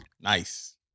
Nice